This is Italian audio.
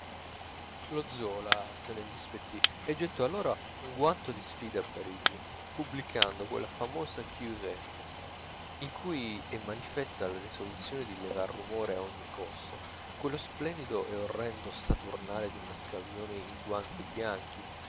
lo zola se ne indispettì e gettò allora un guanto di sfida a parigi pubblicando quella famosa curée in cui è manifesta la risoluzione di levar rumore a ogni costo quello splendido e orrendo saturnale di mascalzoni in guanti bianchi